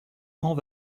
grands